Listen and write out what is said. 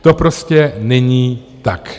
To prostě není tak.